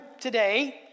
today